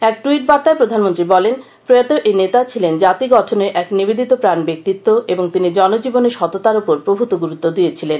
এক ট্যুইটবার্তায় প্রধানমন্ত্রী বলেছেন প্রয়াত এই নেতা ছিলেন জাতি গঠনে এক নিবেদিত প্রাণ ব্যক্তিত্ব এবং তিনি জনজীবনে সততার উপর প্রভৃত গুরুত্ব দিয়েছিলেন